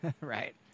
Right